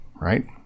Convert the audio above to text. right